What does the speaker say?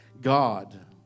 God